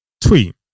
Tweet